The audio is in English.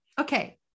Okay